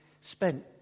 spent